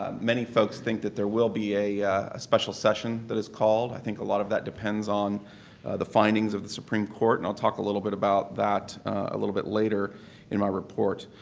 um many folks think that there will be a special session that is called. i think a lot of that depends on the findings of the supreme court, and i'll talk a little bit about that a little bit later in my report.